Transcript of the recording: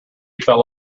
fell